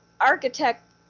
architect